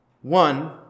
One